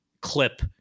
clip